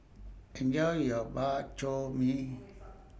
Enjoy your Bak Chor Mee